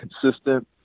consistent